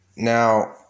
Now